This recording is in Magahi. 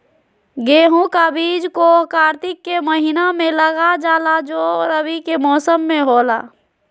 गेहूं का बीज को कार्तिक के महीना में लगा जाला जो रवि के मौसम में होला